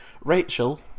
Rachel